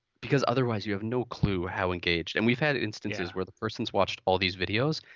because otherwise you have no clue how engaged. and we've had instances where the person's watched all these videos,